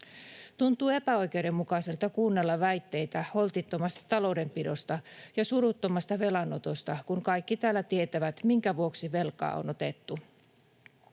Tuntuu epäoikeudenmukaiselta kuunnella väitteitä holtittomasta taloudenpidosta ja suruttomasta velanotosta, kun kaikki täällä tietävät, minkä vuoksi velkaa on otettu.